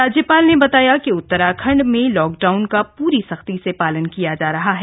राज्यपाल ने बताया कि उतराखण्ड में लॉकडाउन का पूरी सख्ती से पालन किया जा रहा है